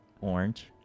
orange